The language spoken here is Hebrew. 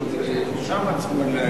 שם צריכים לעשות.